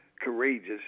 courageous